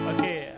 Okay